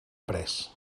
pres